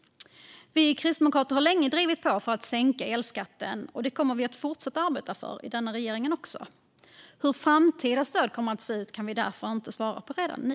Vi kristdemokrater har länge drivit på för att sänka elskatten, och det kommer vi att fortsätta arbeta för även i denna regering. Hur framtida stöd kommer att se ut kan vi därför inte svara på redan nu.